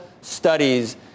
studies